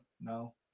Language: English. no